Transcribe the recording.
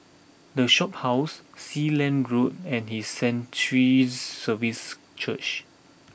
the Shophouse Sealand Road and his Sanctuaries Services Church